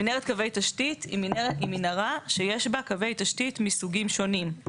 מנהרת קווי תשתית היא מנהרה שיש בה קווי תשתית מסוגים שונים.